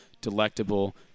delectable